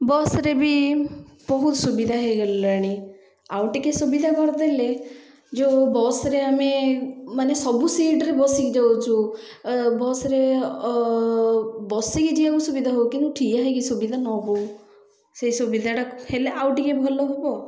ବସ୍ରେ ବି ବହୁତ ସୁବିଧା ହେଇଗଲାଣି ଆଉ ଟିକେ ସୁବିଧା କରିଦେଲେ ଯେଉଁ ବସ୍ରେ ଆମେ ମାନେ ସବୁ ସିଟ୍ରେ ବସିକି ଯାଉଚୁ ବସ୍ରେ ବସିକି ଯିବାକୁ ସୁବିଧା ହଉ କିନ୍ତୁ ଠିଆ ହେଇକି ସୁବିଧା ନ ହଉ ସେଇ ସୁବିଧାଟା ହେଲେ ଆଉ ଟିକେ ଭଲ ହବ